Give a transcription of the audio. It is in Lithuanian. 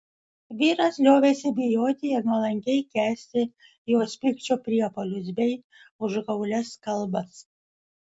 vyras liovėsi bijoti ir nuolankiai kęsti jos pykčio priepuolius bei užgaulias kalbas